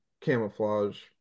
camouflage